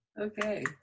Okay